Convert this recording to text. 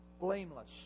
blameless